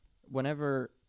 whenever